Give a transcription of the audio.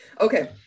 Okay